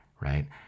right